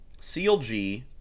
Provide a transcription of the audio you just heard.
CLG